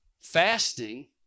Fasting